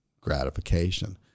gratification